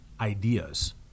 ideas